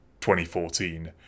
2014